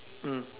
mm